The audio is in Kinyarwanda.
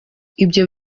ibyo